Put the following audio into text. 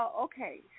Okay